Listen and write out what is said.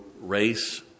race